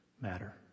matter